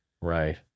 Right